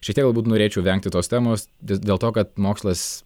šiek tiek galbūt norėčiau vengti tos temos dėl to kad mokslas